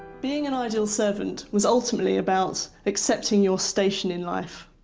being an ideal servant was ultimately about accepting your station in life,